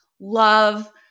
love